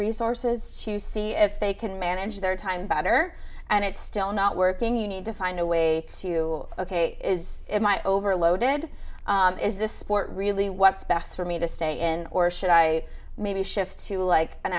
resources to see if they can manage their time better and it's still not working you need to find a way to ok my overloaded is this sport really what's best for me to stay in or should i maybe shift to like an